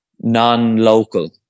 non-local